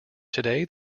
today